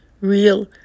real